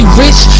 rich